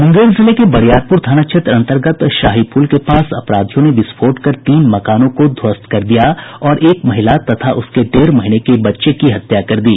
मुंगेर जिले के बरियारपूर थाना क्षेत्र अंतर्गत शाही पूल के पास अपराधियों ने विस्फोट कर तीन मकानों को ध्वस्त कर दिया और एक महिला तथा उसके डेढ़ महीने के बच्चे की हत्या कर दी